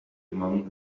among